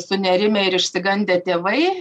sunerimę ir išsigandę tėvai